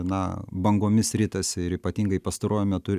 na bangomis ritasi ir ypatingai pastaruoju metu